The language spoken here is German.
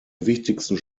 wichtigsten